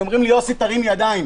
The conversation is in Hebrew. אומרים לי: יוסי תרים ידיים.